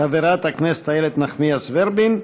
חברת הכנסת איילת נחמיאס ורבין,